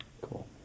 Cool